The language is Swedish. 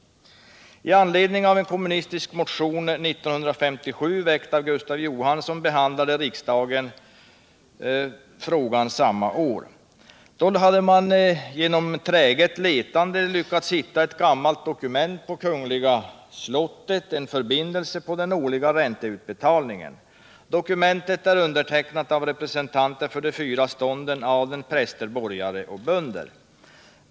5 I anledning av en kommunistisk motion 1957, väckt av Gustav Johansson, behandlade riksdagen frågan samma år. Då hade man genom träget letande lyckats hitta ett gammalt dokument på kungliga slottet, en förbindelse på den årliga ränteutbetalningen. Dokumentet är undertecknat av representanter för de fyra stånden — adel, präster, borgare och bönder.